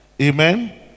Amen